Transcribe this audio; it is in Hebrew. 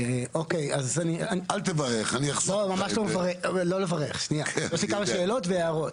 יש לי כמה שאלות והערות.